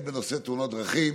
בנושא תאונות דרכים.